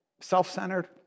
Self-centered